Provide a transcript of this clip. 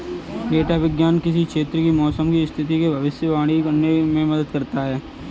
data विज्ञान किसी क्षेत्र की मौसम की स्थिति की भविष्यवाणी करने में मदद करता है